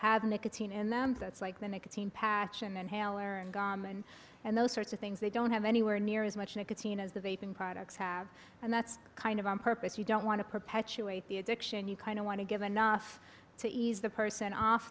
have nicotine in them that's like the nicotine patch and gone and and those sorts of things they don't have anywhere near as much nicotine as they've been products have and that's kind of on purpose you don't want to perpetuate the addiction you kind of want to give enough to ease the person off